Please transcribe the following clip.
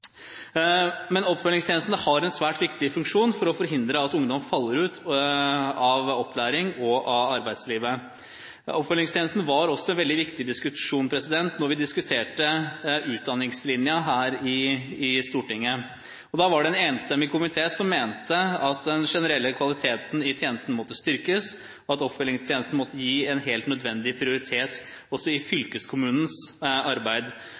men da var det de ulike arbeidskontorene utfordringen dreide seg om. Oppfølgingstjenesten har en svært viktig funksjon for å forhindre at ungdom faller ut av opplæring og arbeidsliv. Oppfølgingstjenesten var også et veldig viktig tema da vi diskuterte Utdanningslinja her i Stortinget. Det var da en enstemmig komité som mente at den generelle kvaliteten i tjenesten måtte styrkes, og at oppfølgingstjenesten måtte gis en helt nødvendig prioritet i fylkeskommunens arbeid.